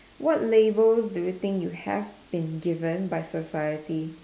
what label do you think you have been given by society